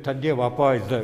ta dievo apvaizda